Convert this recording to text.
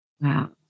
wow